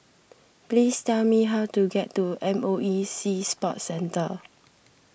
please tell me how to get to M O E Sea Sports Centre